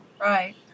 Right